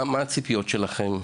מה הציפיות שלכם?